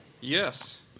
Yes